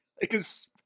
Because-